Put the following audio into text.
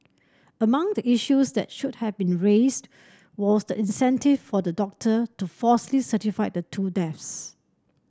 among the issues that should have been raised was the incentive for the doctor to falsely certify the two deaths